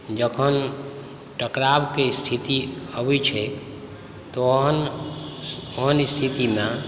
जखन टकरावके स्थिति अबै छै तऽ ओहन स्थितिमे